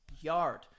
YARD